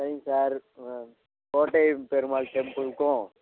சரிங்க சார் கோட்டை பெருமாள் டெம்பிளுக்கும்